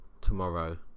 tomorrow